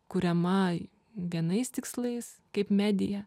kuriama vienais tikslais kaip medija